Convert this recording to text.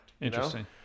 Interesting